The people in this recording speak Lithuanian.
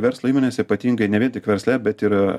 verslo įmonės ypatingai ne vien tik versle bet ir